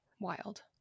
Wild